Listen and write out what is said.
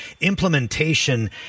implementation